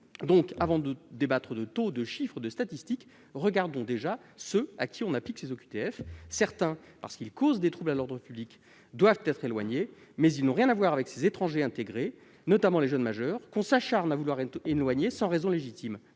avant de débattre de taux, de chiffres, de statistiques, regardons déjà ceux à qui l'on impose ces OQTF. Certains, parce qu'ils causent des troubles à l'ordre public, doivent être éloignés, mais ils n'ont rien à voir avec ces étrangers intégrés, notamment les jeunes majeurs, que l'on s'acharne à vouloir éloigner sans raison légitime.